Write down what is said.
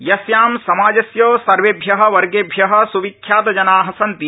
यस्या समाजस्य सर्वेभ्य वर्गेभ्य सुविख्यातजना सन्ति